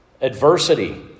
Adversity